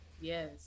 yes